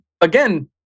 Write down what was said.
again